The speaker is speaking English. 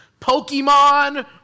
Pokemon